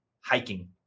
hiking